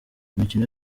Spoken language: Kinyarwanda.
imikino